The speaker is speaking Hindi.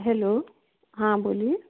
हैलो हाँ बोलिए